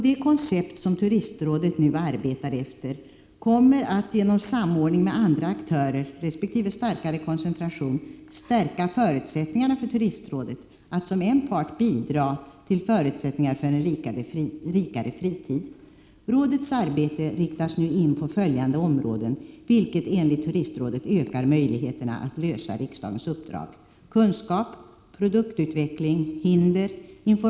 Det koncept som Turistrådet nu arbetar efter kommer att genom samordning med andra aktörer resp. starkare koncentration stärka förutsättningarna för Turistrådet att som en part bidra till förutsättningar för en rikare fritid. Rådets arbete riktas nu in på följande områden vilket enligt Turistrådet ökar möjligheterna att lösa riksdagens uppdrag.